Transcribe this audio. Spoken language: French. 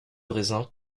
raisin